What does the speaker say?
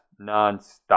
nonstop